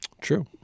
True